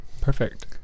Perfect